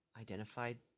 identified